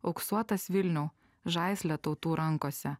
auksuotas vilniau žaisle tautų rankose